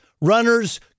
Runners